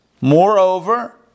Moreover